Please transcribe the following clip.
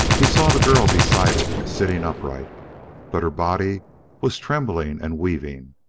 he saw the girl beside it, sitting upright but her body was trembling and weaving,